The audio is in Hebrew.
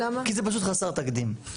כי זה פשוט חסר תקדים,